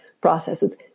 processes